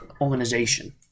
organization